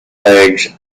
legs